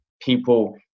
people